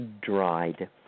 dried